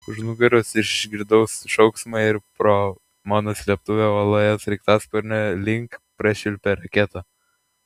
už nugaros išgirdau šauksmą ir pro mano slėptuvę uoloje sraigtasparnio link prašvilpė raketa